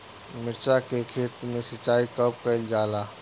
मिर्चा के खेत में सिचाई कब कइल जाला?